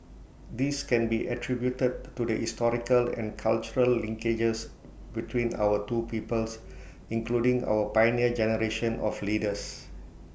this can be attributed to the historical and cultural linkages between our two peoples including our Pioneer Generation of leaders